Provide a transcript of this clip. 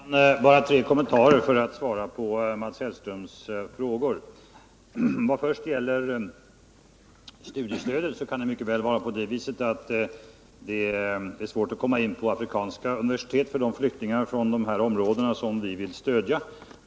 Herr talman! Bara tre kommentarer för att svara på Mats Hellströms frågor. Vad först gäller studiestödet kan det mycket väl vara på det sättet, att det är svårt att komma in på afrikanska universitet för flyktingar från dessa områden som vi vill stödja.